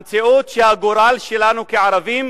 המציאות שהגורל שלנו כערבים